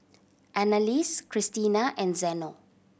Anneliese Krystina and Zeno